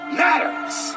matters